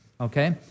okay